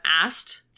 asked